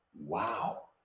wow